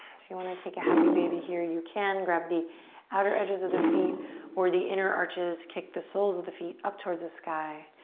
if you wanna take a happy baby here, you can. grab the outer edges of the feet or the inner arches, kick the soles of the feet up towards the sky.